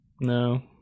No